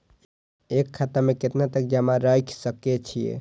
एक खाता में केतना तक जमा राईख सके छिए?